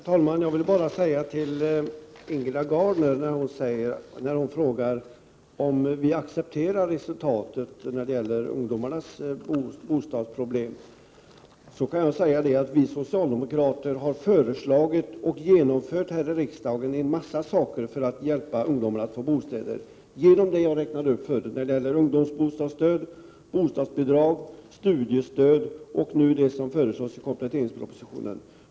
Herr talman! Ingela Gardner frågar om vi accepterar resultatet när det gäller ungdomarnas bostadsproblem. Jag vill då bara säga att vi socialdemokrater har föreslagit och här i riksdagen genomdrivit en mängd åtgärder för att hjälpa ungdomarna att få en bostad. Det gäller — som jag nämnde förut — ungdomsbostadsstöd, bostadsbidrag, studiestöd och det som nu föreslås i kompletteringspropositionen.